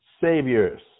saviors